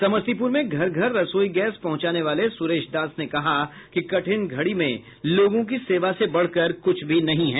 समस्तीपुर में घर घर रसोई गैस पहुंचाने वाले सुरेश दास ने कहा कि कठिन घड़ी में लोगों की सेवा से बढ़कर कुछ नहीं है